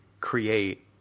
create